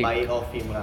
buy it off him lah